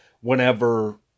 whenever